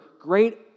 great